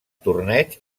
torneig